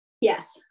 Yes